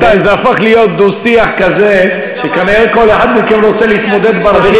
זה הפך להיות דו-שיח כזה שכנראה כל אחד מכם רוצה להתמודד ב-4,